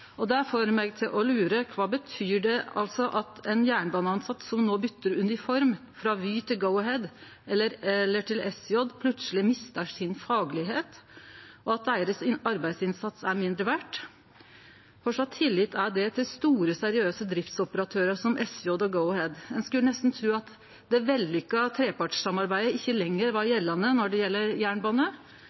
og verdighet». Det får meg til å lure: Kva betyr det at ein jernbanetilsett som no byter uniform frå Vy til Go-Ahead eller SJ, plutseleg misser si faglegheit, og at deira arbeidsinnsats er mindre verd? Kva tillit er det til store, seriøse driftsoperatørar som SJ og Go-Ahead? Ein skulle nesten tru at det vellukka trepartssamarbeidet ikkje lenger var gjeldande når det gjeld jernbane.